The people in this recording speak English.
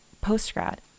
post-grad